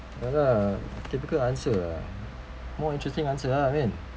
ya lah typical answer lah more interesting answer lah min